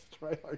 right